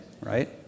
right